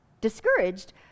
Discouraged